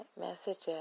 messages